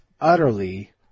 utterly